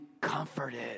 comforted